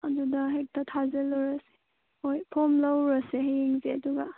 ꯑꯗꯨꯗ ꯍꯦꯛꯇꯥ ꯊꯥꯖꯤꯜꯂꯨꯔꯁꯦ ꯍꯣꯏ ꯐꯣꯔꯝ ꯂꯧꯔꯨꯔꯁꯦ ꯍꯌꯦꯡꯁꯦ ꯑꯗꯨꯒ